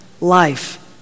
life